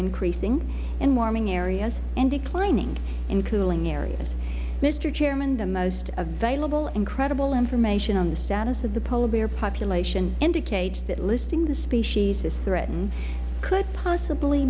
increasing in warming areas and declining in cooling areas mister chairman the most available incredible information on the status of the polar bear population indicates that listing the species as threatened could possibly